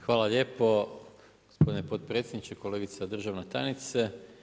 Hvala lijepo gospodine potpredsjedniče, kolegica državna tajnice.